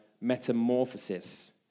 metamorphosis